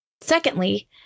Secondly